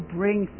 bring